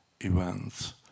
events